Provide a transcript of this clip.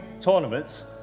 tournaments